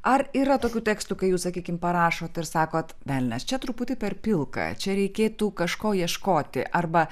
ar yra tokių tekstų kai jūs sakykim parašot ir sakot velnias čia truputį per pilka čia reikėtų kažko ieškoti arba